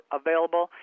available